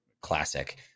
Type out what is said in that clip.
classic